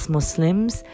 Muslims